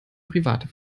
private